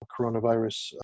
coronavirus